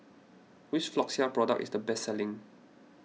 which Floxia product is the best selling